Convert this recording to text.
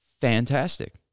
fantastic